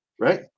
right